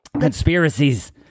conspiracies